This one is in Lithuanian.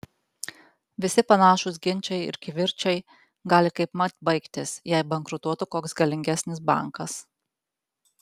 visi panašūs ginčai ir kivirčai gali kaipmat baigtis jei bankrutuotų koks galingesnis bankas